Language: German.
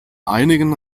einigen